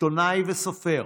עיתונאי וסופר,